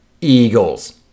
Eagles